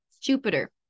Jupiter